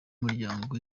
umuryango